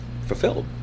fulfilled